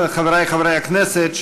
חבריי חברי הכנסת,